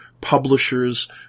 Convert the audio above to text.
publishers